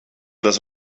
das